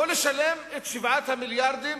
או לשלם את 7המיליארדים